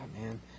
man